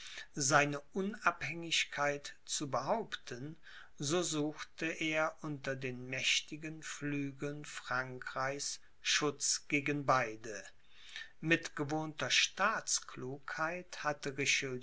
seine unabhängigkeit zu behaupten so suchte er unter den mächtigen flügeln frankreichs schutz gegen beide mit gewohnter staatsklugheit hatte